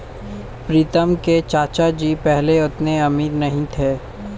प्रीतम के चाचा जी पहले उतने अमीर नहीं थे